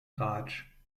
tratsch